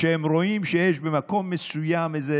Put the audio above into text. כואבת לה הבטן מהקשישים, השרה.